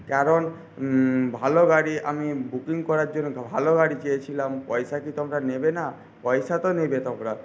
কারণ ভালো গাড়ি আমি বুকিং করার জন্য তো ভালো গাড়ি চেয়েছিলাম পয়সা কি তোমরা নেবে না পয়সা তো নেবে তোমরা